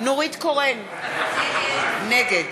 נורית קורן, נגד